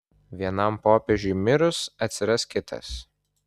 vienam popiežiui mirus atsiras kitas